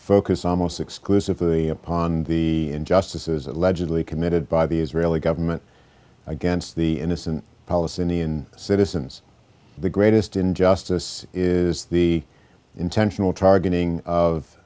focus almost exclusively upon the injustices allegedly committed by the israeli government against the innocent palestinian citizens the greatest injustice is the intentional targeting of